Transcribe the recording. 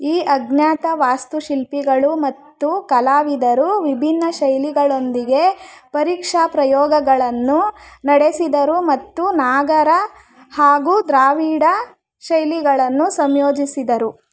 ಈ ಅಜ್ಞಾತ ವಾಸ್ತುಶಿಲ್ಪಿಗಳು ಮತ್ತು ಕಲಾವಿದರು ವಿಭಿನ್ನ ಶೈಲಿಗಳೊಂದಿಗೆ ಪರೀಕ್ಷಾ ಪ್ರಯೋಗಗಳನ್ನು ನಡೆಸಿದರು ಮತ್ತು ನಾಗರ ಹಾಗೂ ದ್ರಾವಿಡ ಶೈಲಿಗಳನ್ನು ಸಂಯೋಜಿಸಿದರು